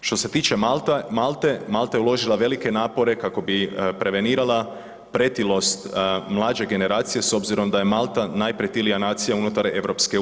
Što se tiče Malte, Malta je uložila velike napore kako bi prevenirala pretilost mlađe generacije s obzirom da je Malta najpretilija nacija unutar EU.